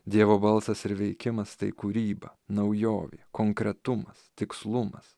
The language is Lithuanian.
dievo balsas ir veikimas tai kūryba naujovė konkretumas tikslumas